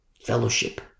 Fellowship